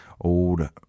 old